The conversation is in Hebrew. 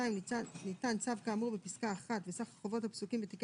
(2) ניתן צו כאמור בפסקה (1) וסך החובות הפסוקים בתיקי